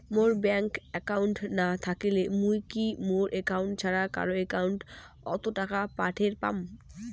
মোর bank account না থাকিলে মুই কি মোর একাউন্ট ছাড়া কারো একাউন্ট অত টাকা পাঠের পাম?